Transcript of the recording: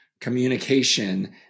communication